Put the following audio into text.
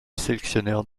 sélectionneur